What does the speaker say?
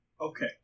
Okay